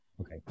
Okay